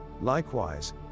Likewise